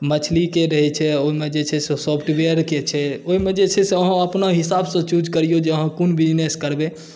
मछलीके रहैत छै ओहिमे जे छै सॉफ्टवेयरके छै ओहिमे जे छै से अहाँ अपना हिसाबसँ चूज करियौ जे अहाँ कोन बिज़नेस करबै